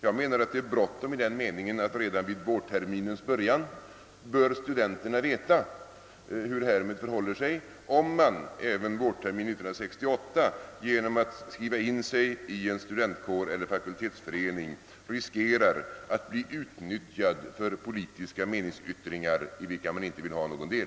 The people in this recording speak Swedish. Ställningstagandet brådskar därför att studenterna redan vid vårterminens början bör veta om de även år 1968 genom att skriva in sig i studentkår eller fakultetsförening riskerar att bli utnyttjade för politiska meningsyttringar i vilka de inte vill ha någon del.